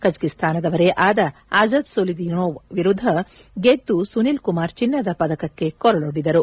ಕಜಕಿಸ್ತಾನದವರೇ ಆದ Azat Solidinov ವಿರುದ್ದ ಗೆದ್ದು ಸುನಿಲ್ ಕುಮಾರ್ ಚಿನ್ನದ ಪದಕಕ್ಕೆ ಕೊರಳೊಡ್ಡಿದರು